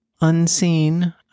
Unseen